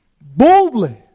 boldly